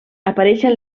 apareixen